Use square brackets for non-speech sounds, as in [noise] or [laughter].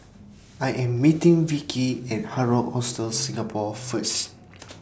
I Am meeting Vicki At Hard Rock Hostel Singapore First [noise]